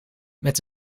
met